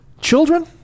Children